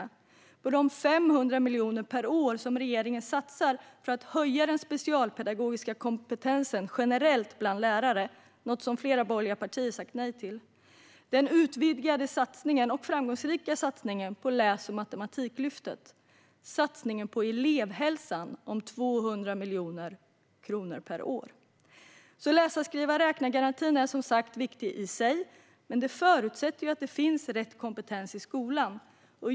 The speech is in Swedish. Det handlar också om de 500 miljoner per år som regeringen satsar för att höja den specialpedagogiska kompetensen generellt bland lärare, något som flera borgerliga partier sagt nej till, om den utvidgade och framgångsrika satsningen på läs och matematiklyftet och om satsningen på elevhälsan om 200 miljoner kronor per år. Läsa-skriva-räkna-garantin är som sagt viktig i sig, men den förutsätter att det finns rätt kompetens i skolan.